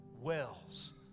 wells